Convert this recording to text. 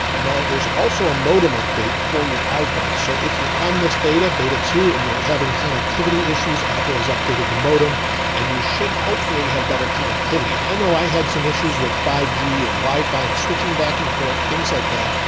now there's also a modem update for your iphone. so if you're on this beta beta two and you were having connectivity issues, apple has updated the modem and you should hopefully have better connectivity. i know i had some issues with five g and wifi and switching back and forth, things like that.